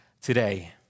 today